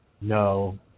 no